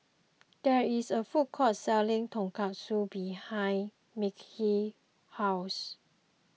there is a food court selling Tonkatsu behind Mekhi's house